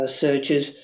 searches